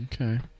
Okay